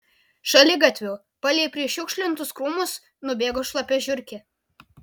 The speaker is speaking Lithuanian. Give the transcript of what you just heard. šaligatviu palei prišiukšlintus krūmus nubėgo šlapia žiurkė